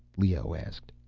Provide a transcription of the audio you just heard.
leoh asked.